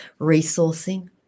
resourcing